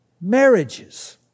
marriages